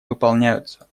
выполняются